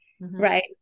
right